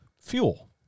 fuel